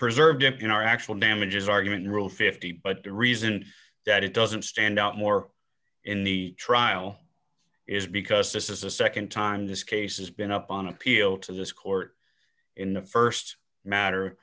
preserved if you know our actual damages argument rule fifty but the reason that it doesn't stand out more in the trial is because this is the nd time this case has been up on appeal to this court in the st matter